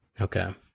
Okay